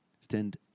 stand